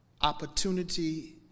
opportunity